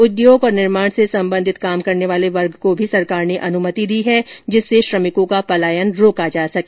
उद्योग और निर्माण से सम्बन्धित काम करने वाले वर्ग को भी सरकार ने अनुमति दी है जिससे श्रमिकों का पलायन रोका जा सके